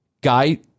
Guy